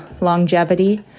longevity